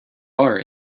are